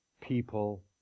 people